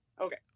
Okay